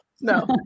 No